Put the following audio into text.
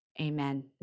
Amen